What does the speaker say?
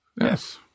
Yes